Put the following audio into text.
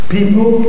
People